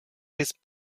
his